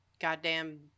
goddamn